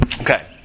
Okay